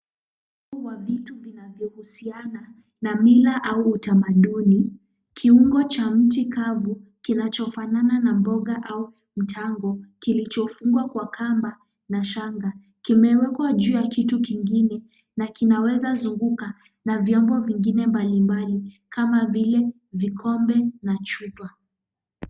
Mkusanyiko wa vitu vinavyohusiana na mila au utamaduni, kiungo cha mti kavu kinachofanana na mboga au mtambo kilichofungwa kwa kamba na shanga. Kimewekwa juu ya kitu kingine na kinaweza zunguka na viombo vingine mbalimbali kama vile vikombe na chupa.